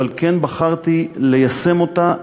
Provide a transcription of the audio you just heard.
אבל כן בחרתי ליישם אותה,